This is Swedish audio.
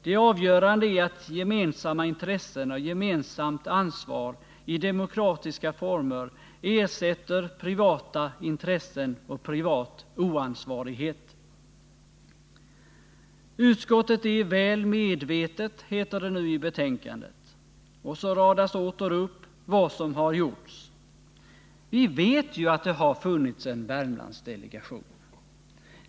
Det avgörande är att gemensamma intressen och gemensamt ansvar i demokratisk form ersätter privata intressen och privat oansvarighet. Utskottet är väl medvetet, heter det nu i betänkandet, och så radas det som har gjorts åter upp. Vi vet att det har funnits en Värmlandsdelegation.